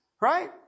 Right